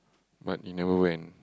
what you never went